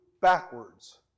backwards